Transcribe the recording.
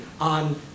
on